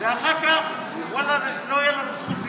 ואחר כך, ואללה, לא תהיה לנו זכות צרצור.